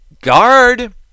guard